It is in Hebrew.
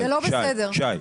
שי,